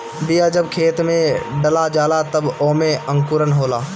बिया जब खेत में डला जाला तब ओमे अंकुरन होला